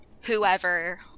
whoever